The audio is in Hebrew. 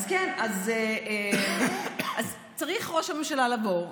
אז צריך ראש הממשלה לבוא,